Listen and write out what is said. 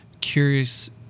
curious